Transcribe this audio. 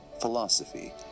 philosophy